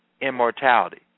immortality